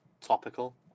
topical